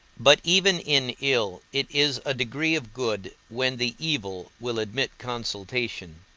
but even in ill it is a degree of good when the evil will admit consultation.